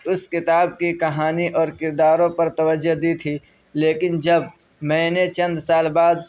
اس کتاب کی کہانی اور کرداروں پر توجہ دی تھی لیکن جب میں نے جب چند سال بعد